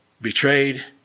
Betrayed